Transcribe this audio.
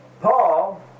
Paul